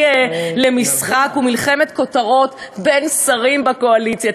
למשחק ומלחמת כותרות בין שרים בקואליציה.